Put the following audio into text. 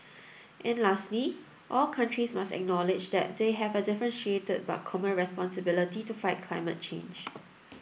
and lastly all countries must acknowledge that they have a differentiated but common responsibility to fight climate change